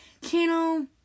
channel